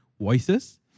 voices